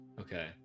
Okay